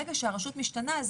ברגע שהרשות משתנה,